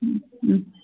ಹ್ಞೂ ಹ್ಞೂ